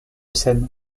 scène